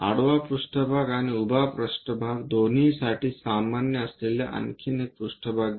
आडवा पृष्ठभाग आणि उभा पृष्ठभाग दोन्हीसाठी सामान्य असलेले आणखी एक पृष्ठभाग घ्या